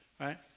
Right